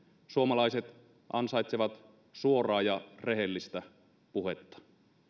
suomalaiset ansaitsevat suoraa ja rehellistä puhetta